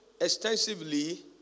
extensively